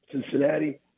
Cincinnati